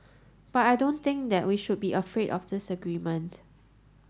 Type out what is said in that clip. but I don't think that we should be afraid of disagreement